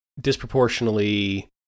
disproportionately